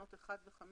תקנות 1 ו-5